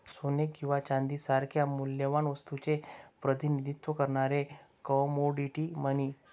सोने किंवा चांदी सारख्या मौल्यवान वस्तूचे प्रतिनिधित्व करणारे कमोडिटी मनी